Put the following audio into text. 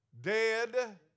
dead